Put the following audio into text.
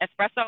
espresso